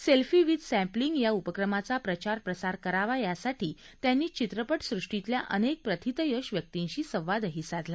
selfie with sapling या उपक्रमाचा प्रचार प्रसार करावा यासाठी त्यांनी चित्रपट सृष्टीतल्या अनेक प्रतिथयश व्यक्तींशी संवादही साधला